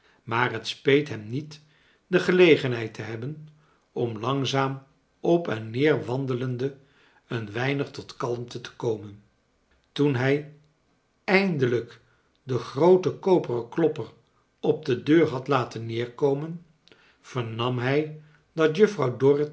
maar het speet hem niet de gelegenheid te hebben om langzaam op en neer wandelende een weinig tot kalmte te komen toen hij eindelijk den groat en koperen klopper op de deur had laten neerkomen vernam hij dat